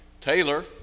Taylor